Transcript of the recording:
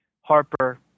Harper